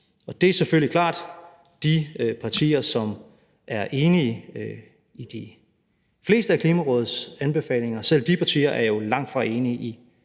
Og det er selvfølgelig klart, at selv de partier, som er enige i de fleste af Klimarådets anbefalinger, jo langtfra er enige i